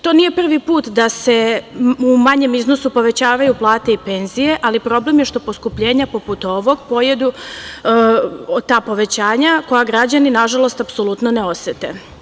To nije prvi put da se u manjem iznosu povećavaju plate i penzije, ali problem je što poskupljenja poput ovog pojedu ta povećanja koja građani, nažalost, apsolutno ne osete.